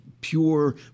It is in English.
pure